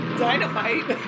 dynamite